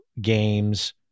games